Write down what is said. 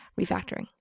refactoring